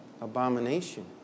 Abomination